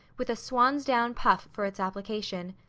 with a swan's-down puff for its application.